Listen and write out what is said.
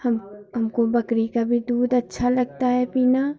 हम हमको बकरी का भी दूध अच्छा लगता है पीना